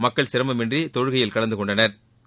மக்கள் சிரமமின்றி தொழுகையில் கலந்துகொண்னா்